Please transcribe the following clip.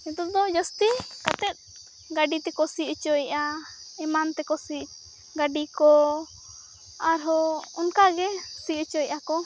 ᱱᱤᱛᱚᱜᱫᱚ ᱡᱟᱹᱥᱛᱤ ᱠᱟᱛᱮᱫ ᱜᱟᱹᱰᱤᱛᱮᱠᱚ ᱥᱤ ᱚᱪᱚᱭᱮᱫᱼᱟ ᱮᱢᱟᱱᱛᱮᱠᱚ ᱥᱤ ᱜᱟᱹᱰᱤᱠᱚ ᱟᱨᱦᱚᱸ ᱚᱱᱠᱟᱜᱮ ᱥᱤ ᱚᱪᱚᱭᱮᱫᱟᱠᱚ